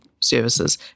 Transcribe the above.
services